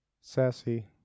Sassy